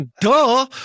duh